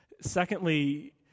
Secondly